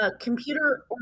computer